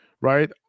right